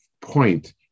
point